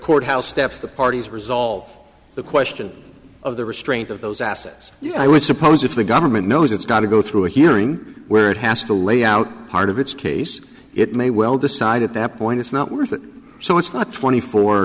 courthouse steps the parties resolve the question of the restraint of those assets you know i would suppose if the government knows it's got to go through a hearing where it has to lay out part of its case it may well decide at that point it's not worth that so it's not twenty four